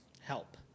Help